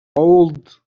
old